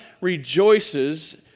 rejoices